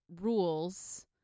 rules